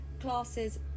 classes